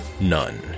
None